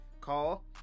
call